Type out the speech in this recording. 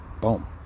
Boom